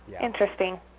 interesting